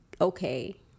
okay